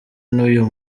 n’uyu